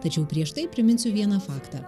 tačiau prieš tai priminsiu vieną faktą